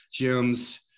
gyms